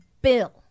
bill